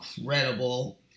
incredible